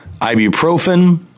ibuprofen